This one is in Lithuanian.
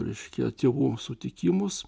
reiškia tėvų sutikimus